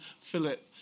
Philip